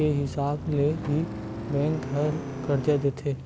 के हिसाब ले ही बेंक ह करजा देथे